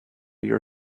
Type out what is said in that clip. your